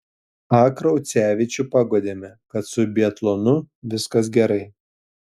a kraucevičių paguodėme kad su biatlonu viskas gerai